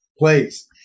please